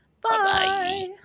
Bye